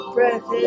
Breath